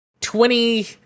twenty